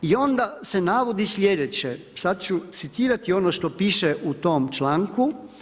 I onda se navodi sljedeće, sad ću citirati ono što piše u tom članku.